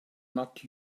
not